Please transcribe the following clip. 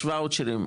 יש וואצ'רים,